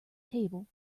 table